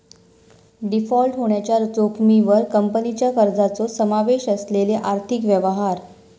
default होण्याच्या जोखमीवर कंपनीच्या कर्जाचो समावेश असलेले आर्थिक व्यवहार